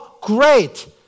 great